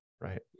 Right